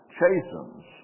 chastens